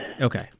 Okay